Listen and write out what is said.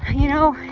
you know?